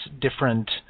different